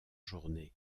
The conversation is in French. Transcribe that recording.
journée